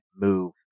move